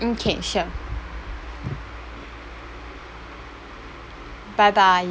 mm K sure bye bye